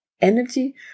energy